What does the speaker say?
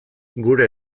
gure